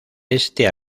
este